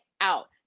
out